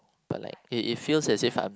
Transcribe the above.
but like it it feels as if I'm